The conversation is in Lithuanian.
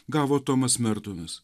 gavo tomas mertonas